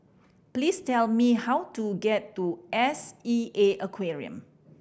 please tell me how to get to S E A Aquarium